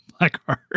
Blackheart